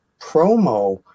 promo